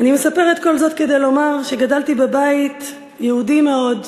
אני מספרת כל זאת כדי לומר שגדלתי בבית יהודי מאוד,